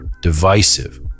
divisive